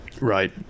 Right